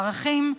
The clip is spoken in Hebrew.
בערכים,